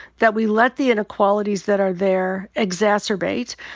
that we let the inequalities that are there exacerbate.